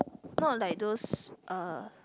not like those uh